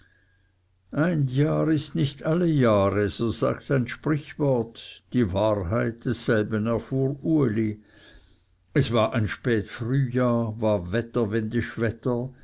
ein jahr ist nicht alle jahre so sagt ein sprüchwort die wahrheit desselben erfuhr uli es war ein spät frühjahr war wetterwendisch wetter